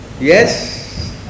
Yes